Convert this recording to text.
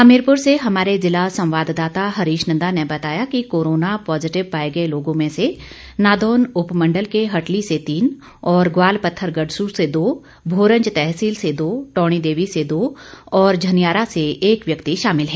हमीरपुर से हमारे जिला संवाद्दाता हरीश नंदा ने बताया कि कोरोना पॉजिटिव पाए गए लोगों में से नादौन उपमंडल के हटली से तीन और गवालपत्थर गडसू से दो भोरंज तहसील से दो टौणी देवी से दो और झनियारा से एक व्यक्ति शामिल है